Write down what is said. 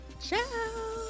ciao